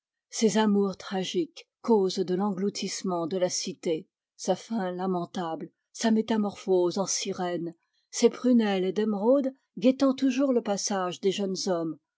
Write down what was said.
ses amours tragiques cause de l'engloutissement de la cité sa fin lamentable sa métamorphose en sirène ses prunelles d'émeraude guettant toujours le passage des jeunes hommes